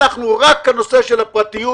רק הנושא של הפרטיות.